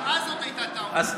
גם אז זאת הייתה טעות.